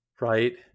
right